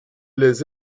les